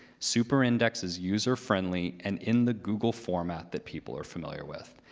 super index is user friendly and in the google format that people are familiar with.